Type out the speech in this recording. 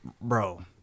bro